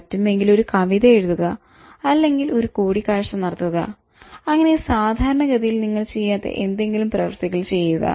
പറ്റുമെങ്കിൽ ഒരു കവിത എഴുതുക അല്ലെങ്കിൽ ഒരു കൂടിക്കാഴ്ച നടത്തുക അങ്ങനെ സാധാരണ ഗതിയിൽ നിങ്ങൾ ചെയ്യാത്ത എന്തെങ്കിലും പ്രവൃത്തികൾ ചെയ്യുക